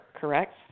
correct